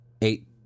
eight